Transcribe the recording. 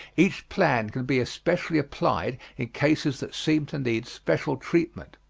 each plan can be especially applied in cases that seem to need special treatment.